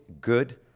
good